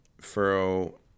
Furrow